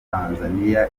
tanzania